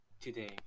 today